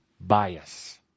bias